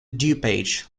dupage